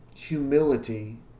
Humility